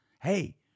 hey